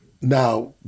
now